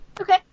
Okay